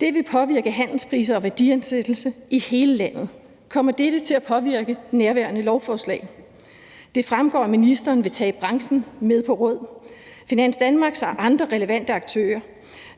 Det vil påvirke handelspriser og værdiansættelse i hele landet. Kommer dette til at påvirke nærværende lovforslag? Det fremgår, at ministeren vil tage branchen med på råd, Finans Danmark og andre relevante aktører,